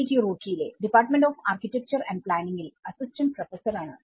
T Roorkee യിലെ department of architecture and planning ലെ assistant professor ആണ്